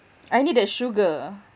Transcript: I need the sugar